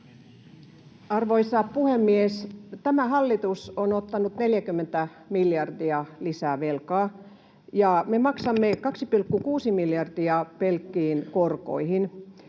Arvoisa puhemies! Tämä hallitus on ottanut 40 miljardia lisää velkaa, ja me maksamme 2,6 miljardia pelkkiin korkoihin.